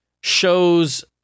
shows